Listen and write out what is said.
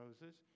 Moses